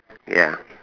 ya